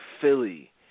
Philly